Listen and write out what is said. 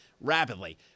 rapidly